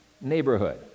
neighborhood